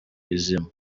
izima